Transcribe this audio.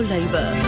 Labor